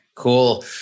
Cool